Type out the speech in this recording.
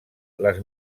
les